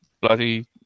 bloody